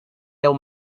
deu